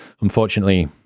Unfortunately